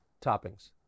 Toppings